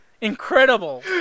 Incredible